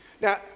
Now